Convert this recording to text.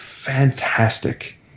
Fantastic